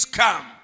come